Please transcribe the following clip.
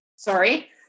Sorry